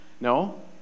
No